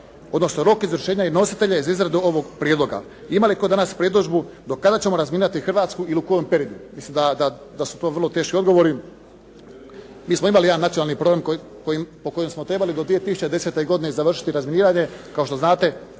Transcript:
odnosno rok izvršenja i nositelje za izradu ovog prijedloga. Ima li tko danas predodžbu do kada ćemo razminirati Hrvatsku i u kojem periodu? Milim da su to vrlo teški odgovori. Mi smo imali jedan nacionalni program po kojem smo trebali do 2010. godine završiti razminiranje kao što znate